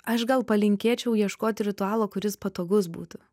aš gal palinkėčiau ieškoti ritualo kuris patogus būtų